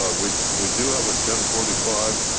ah we we do have a ten forty five.